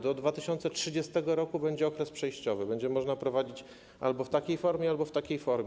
Do 2030 r. będzie okres przejściowy, będzie można prowadzić to albo w takiej formie, albo w takiej formie.